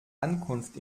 ankunft